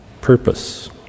purpose